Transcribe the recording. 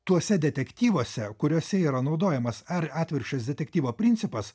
tuose detektyvuose kuriuose yra naudojamas ar atvirkščias detektyvo principas